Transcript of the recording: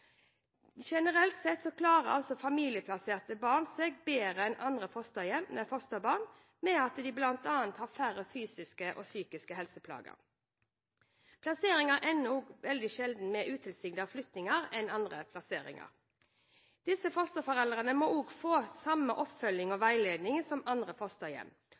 Generelt sett klarer familieplasserte barn seg bedre enn andre fosterbarn, de har bl.a. færre fysiske og psykiske helseplager. Plasseringene ender også sjeldnere med utilsiktede flyttinger enn andre plasseringer. Disse fosterforeldrene må få samme oppfølging og veiledning som andre fosterhjem,